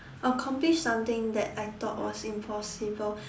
accomplish something that I thought was impossible